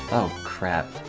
oh crap,